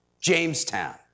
Jamestown